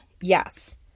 Yes